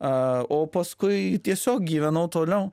a paskui tiesiog gyvenau toliau